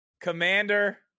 Commander